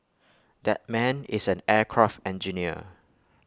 that man is an aircraft engineer